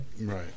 right